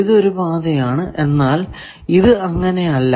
ഇത് ഒരു പാതയാണ് എന്നാൽ ഇത് അങ്ങനെ അല്ല